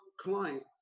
client